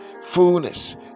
fullness